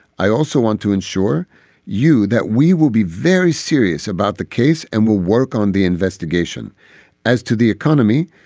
i also want to ensure you that we will be very serious about the case and we'll work on the investigation as to the economy.